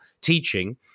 teaching